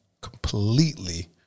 completely